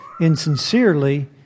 insincerely